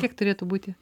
kiek turėtų būti